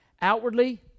Outwardly